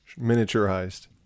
miniaturized